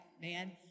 man